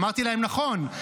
אמרתי להם: נכון,